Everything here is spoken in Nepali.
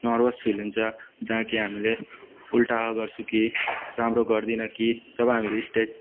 नर्भस फिल हुन्छ जहाँ कि हामीले उल्टा गर्छु कि राम्रो गर्दिनँ कि जब हामीले स्टेप